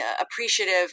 appreciative